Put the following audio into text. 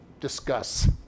discuss